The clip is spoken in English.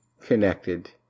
connected